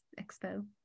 expo